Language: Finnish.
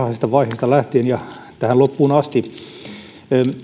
mukana varhaisesta vaiheesta lähtien ja tähän loppuun asti